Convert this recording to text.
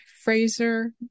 Fraser